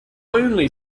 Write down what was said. only